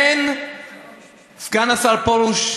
הן סגן השר פרוש,